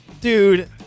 dude